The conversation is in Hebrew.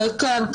כן.